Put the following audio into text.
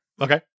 Okay